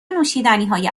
نوشیدنیهای